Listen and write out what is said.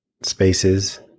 spaces